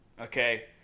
okay